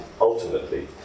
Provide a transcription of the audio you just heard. ultimately